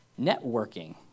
networking